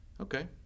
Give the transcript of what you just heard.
Okay